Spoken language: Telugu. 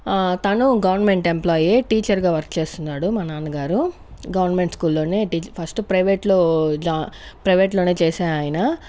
తను గవర్నమెంట్ ఎంప్లాయే టీచర్గా వర్క్ చేస్తున్నాడు మా నాన్నగారు గవర్నమెంట్ స్కూల్లోనే టీచ్ ఫస్ట్ ప్రైవేట్లో జా ప్రైవేట్లోనే చేసే ఆయన